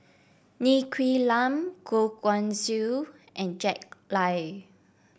Ng Quee Lam Goh Guan Siew and Jack Lai